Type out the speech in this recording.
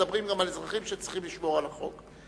מדברים גם על אזרחים שצריכים לשמור על החוק.